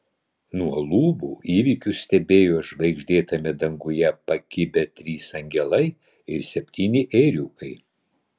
nuo lubų įvykius stebėjo žvaigždėtame danguje pakibę trys angelai ir septyni ėriukai